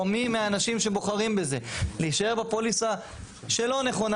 או מי מהאנשים שבוחרים בזה להישאר בפוליסה שלא נכונה